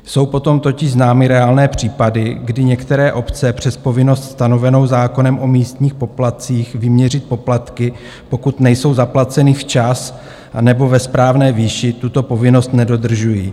Jsou potom totiž známy reálné případy, kdy některé obce přes povinnost stanovenou zákonem o místních poplatcích vyměřit poplatky, pokud nejsou zaplaceny včas anebo ve správné výši, tuto povinnost nedodržují.